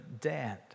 dead